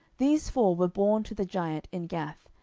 these four were born to the giant in gath,